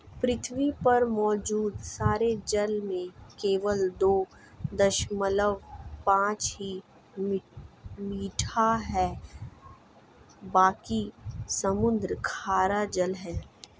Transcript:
पृथ्वी पर मौजूद सारे जल में केवल दो दशमलव पांच ही मीठा है बाकी समुद्री खारा जल है